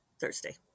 Thursday